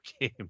game